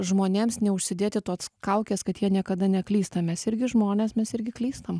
žmonėms neužsidėti tos kaukės kad jie niekada neklysta mes irgi žmonės mes irgi klystam